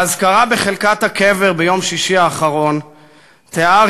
באזכרה בחלקת הקבר ביום שישי האחרון תיאר